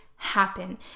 happen